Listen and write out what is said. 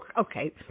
okay